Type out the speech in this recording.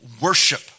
worship